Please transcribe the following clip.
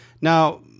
Now